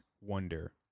wonder